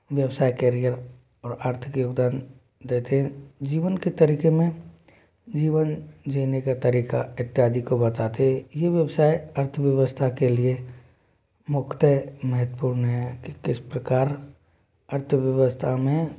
व्यवसायिक कैरियर और आर्थिक योगदान देते हैं जीवन के तरीके में जीवन जीने का तरीका इत्यादि को बताते ये व्यवसाय अर्थव्यवस्था के लिए मुख्यतः महत्वपूर्ण हैं कि किस प्रकार अर्थव्यवस्था में